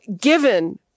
given